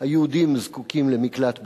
היהודים זקוקים למקלט בטוח,